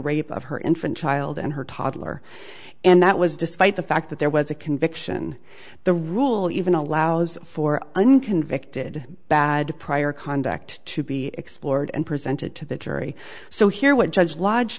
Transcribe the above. rape of her infant child and her toddler and that was despite the fact that there was a conviction the rule eleven allows for unconvicted bad prior conduct to be explored and presented to the jury so here what judge lodge